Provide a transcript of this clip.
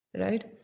right